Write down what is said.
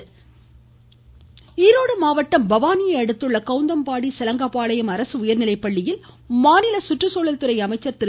இத்தினத்தையொட்டி ஈரோடு மாவட்டம் பவானியை அடுத்துள்ள கவுந்தபாடி சலங்கபாளையம் அரசு உயர்நிலைப்பள்ளியில் மாநில சுற்றுச்சூழல்துறை அமைச்சர் திரு